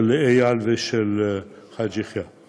של איל ושל חאג' יחיא.